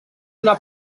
una